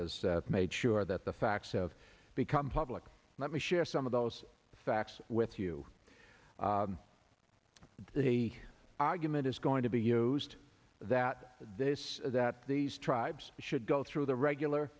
has made sure that the facts of become public let me share some of those facts with you that he argument is going to be used that this that these tribes should go through the regular